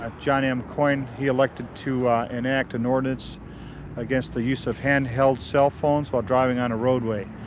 ah john m. coyne, he elected to enact an ordinance against the use of hand-held cell phones while driving on a roadway.